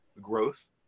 growth